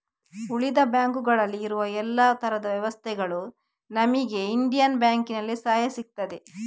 ಉಳಿದ ಬ್ಯಾಂಕುಗಳಲ್ಲಿ ಇರುವ ಎಲ್ಲಾ ತರದ ವ್ಯವಸ್ಥೆಗಳು ನಮಿಗೆ ಇಂಡಿಯನ್ ಬ್ಯಾಂಕಿನಲ್ಲಿ ಸಹಾ ಸಿಗ್ತದೆ